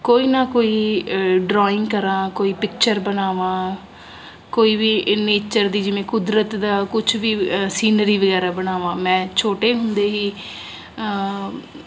ਕੋਈ ਨਾ ਕੋਈ ਡਰਾਇੰਗ ਕਰਾਂ ਕੋਈ ਪਿਕਚਰ ਬਣਾਵਾਂ ਕੋਈ ਵੀ ਨੇਚਰ ਦੀ ਜਿਵੇਂ ਕੁਦਰਤ ਦਾ ਕੁਝ ਵੀ ਸੀਨਰੀ ਵਗੈਰਾ ਬਣਾਵਾਂ ਮੈਂ ਛੋਟੇ ਹੁੰਦੇ ਹੀ